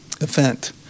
event